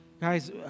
Guys